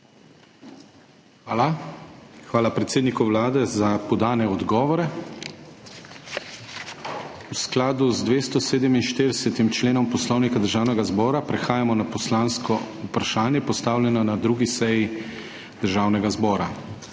Hvala. Hvala predsedniku Vlade za podane odgovore. V skladu z 247. členom Poslovnika Državnega zbora prehajamo na poslansko vprašanje, postavljeno na 2. seji Državnega zbora.